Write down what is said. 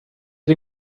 dem